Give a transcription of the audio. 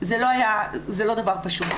זה לא דבר פשוט.